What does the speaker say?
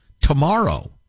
tomorrow